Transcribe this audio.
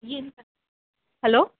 hello